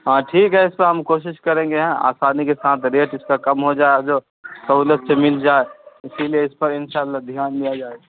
ہاں ٹھیک ہے اس پہ ہم کوشش کریں گے آسانی کے ساتھ ریٹ اس کا کم ہو جائے جو سہولت سے مل جائے اسی لیے اس پر ان شاء اللہ دھیان دیا جائے